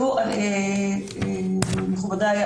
מכובדיי,